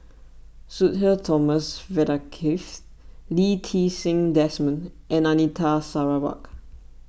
Sudhir Thomas Vadaketh Lee Ti Seng Desmond and Anita Sarawak